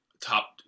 top